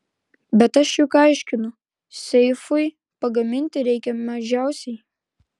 bet aš juk aiškinu seifui pagaminti reikia mažiausiai